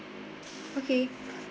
okay